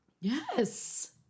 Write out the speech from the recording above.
Yes